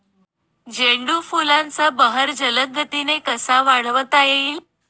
झेंडू फुलांचा बहर जलद गतीने कसा वाढवता येईल?